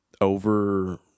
Over